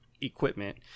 equipment